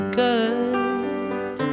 good